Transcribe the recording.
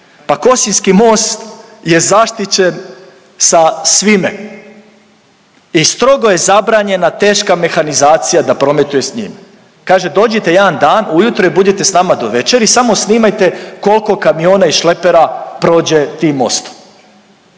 pa Kosinjski most je zaštićen sa svime i strogo je zabranjena teška mehanizacija da prometuje s njim. Kaže dođite jedan dan ujutro i budite s nama do večeri i samo snimajte kolko kamiona i šlepera prođe tim mostom.